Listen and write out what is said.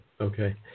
okay